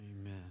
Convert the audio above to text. Amen